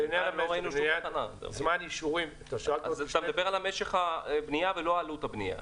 לעניין זמן אישורים -- אז אפשר לדבר על משך הבנייה ולא עלות הבנייה.